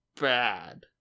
bad